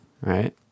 right